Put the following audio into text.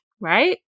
Right